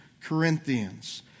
Corinthians